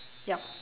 yup